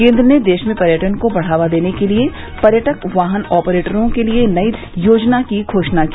केंद्र ने देश में पर्यटन को बढावा देने के लिए पर्यटक वाहन ऑपरेटरों के लिए नई योजना की घोषणा की